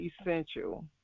essential